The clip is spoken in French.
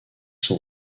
sont